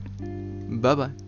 Bye-bye